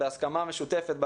בהסכמה משותפת,